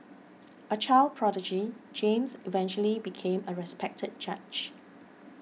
a child prodigy James eventually became a respected judge